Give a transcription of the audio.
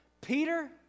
Peter